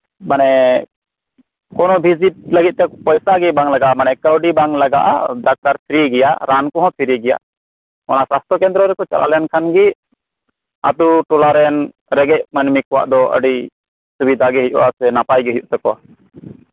ᱢᱟᱱᱮ ᱠᱚᱱᱚ ᱵᱷᱤᱥᱤᱴ ᱞᱟᱹᱜᱤᱫ ᱛᱮ ᱯᱚᱭᱥᱟ ᱜᱮ ᱵᱟᱝ ᱞᱟᱜᱟᱜᱼᱟ ᱢᱟᱱᱮ ᱠᱟᱹᱣᱰᱤ ᱵᱟᱝ ᱞᱟᱜᱟᱜᱼᱟ ᱰᱟᱠᱛᱟᱨ ᱯᱷᱨᱤᱜᱮᱭᱟ ᱨᱟᱱ ᱠᱚᱦᱚᱸ ᱯᱷᱨᱤᱜᱮᱭᱟ ᱚᱱᱟ ᱥᱟᱥᱛᱚ ᱠᱮᱱᱫᱨᱚᱞᱮᱠᱚ ᱪᱟᱞᱟᱣ ᱞᱮᱱᱠᱷᱟᱱᱜᱮ ᱟᱛᱳᱴᱚᱞᱟᱨᱮᱱ ᱨᱮᱸᱜᱮᱡ ᱢᱟᱹᱱᱢᱤ ᱠᱚᱣᱟᱜ ᱫᱚ ᱟᱹᱰᱤ ᱥᱩᱵᱤᱫᱷᱟᱜᱮ ᱦᱳᱭᱳᱜᱼᱟ ᱥᱮ ᱱᱟᱯᱟᱭᱜᱮ ᱦᱳᱭᱳᱜ ᱛᱟᱠᱚᱣᱟ